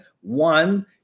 One